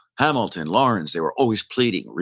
hamilton, lawrence, they were always pleading,